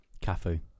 Cafu